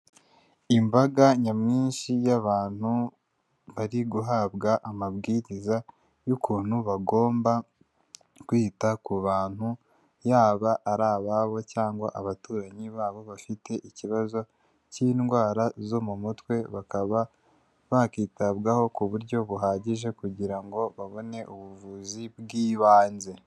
Imbaga nyamwinshi y'abantu bari guhabwa amabwiriza y'ukuntu bagomba kwita ku bantu, yaba ari ababo cyangwa abaturanyi babo bafite ikibazo k'indwara zo mu mutwe, bakaba bakitabwaho ku buryo buhagije kugira ngo babone ubuvuzi bw'ibanze.